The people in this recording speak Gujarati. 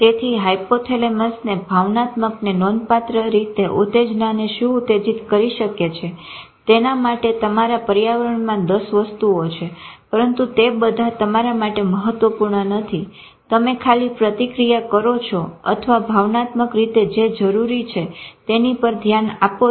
તેથી હાયપોથેલેમસને ભાવનાત્મકને નોંધપાત્ર રીતે ઉતેજ્નાને શું ઉતેજીત કરી શકે છે તેના માટે તમારા પર્યાવરણમાં 10 વસ્તુઓ છે પરંતુ તે બધા તમારા માટે મહત્વપૂર્ણ નથી તમે ખાલી પ્રતિક્રિયા કરો છો અથવા ભાવનાત્મક રીતે જે જરૂરી છે તેની પર ધ્યાન આપો છો